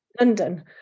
London